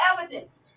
evidence